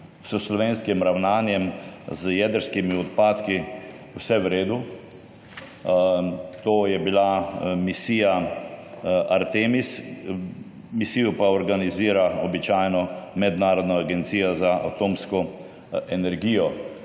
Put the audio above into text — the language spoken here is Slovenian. s slovenskim ravnanjem z jedrskimi odpadki vse v redu. To je bila misija Artemis, ki jo pa običajno organizira Mednarodna agencija za atomsko energijo.